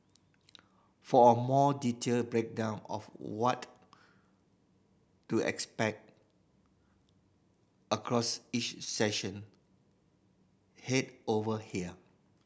for a more detailed breakdown of what to expect across each session head over here